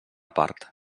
part